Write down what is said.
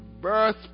birth